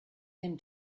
him